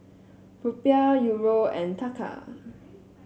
Rupiah Euro and Taka